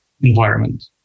environment